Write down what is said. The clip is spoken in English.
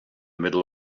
middle